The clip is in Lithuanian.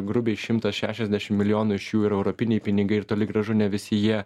grubiai šimtas šešiasdešim milijonų iš jų yra europiniai pinigai ir toli gražu ne visi jie